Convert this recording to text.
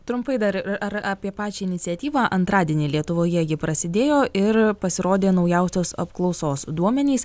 trumpai dar ir ar apie pačią iniciatyvą antradienį lietuvoje ji prasidėjo ir pasirodė naujausios apklausos duomenys